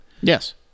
Yes